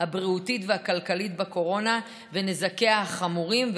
הבריאותית והכלכלית בקורונה ובנזקיה החמורים.